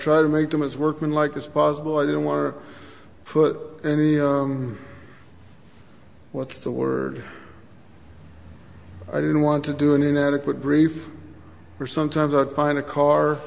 try to make them as workman like as possible i don't want to put any what's the word i don't want to do an inadequate brief or sometimes i find a car